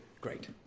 great